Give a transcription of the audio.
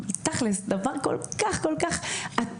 תכל'ס, דבר כל כך עתיק,